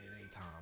anytime